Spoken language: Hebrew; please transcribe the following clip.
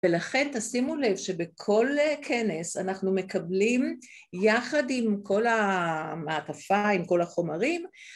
ולכן תשימו לב שבכל כנס אנחנו מקבלים יחד עם כל המעטפה, עם כל החומרים